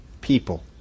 people